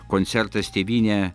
koncertas tėvyne